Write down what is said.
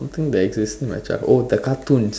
how come the existence oh the cartoons